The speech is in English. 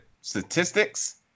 statistics